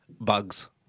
bugs